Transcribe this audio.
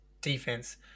defense